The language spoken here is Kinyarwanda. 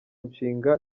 nshinga